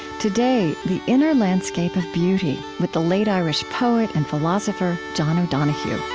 today, the inner landscape of beauty, with the late irish poet and philosopher, john o'donohue